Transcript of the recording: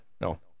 No